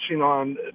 on